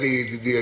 אלי ידידי,